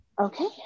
Okay